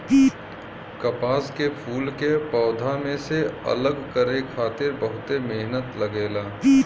कपास के फूल के पौधा में से अलग करे खातिर बहुते मेहनत लगेला